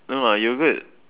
no lah yoghurt